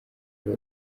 ngo